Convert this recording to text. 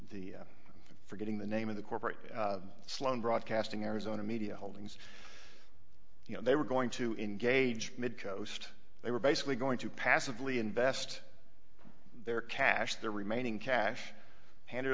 the forgetting the name of the corporate sloan broadcasting arizona media holdings you know they were going to engage midcoast they were basically going to passively invest their cash their remaining cash handed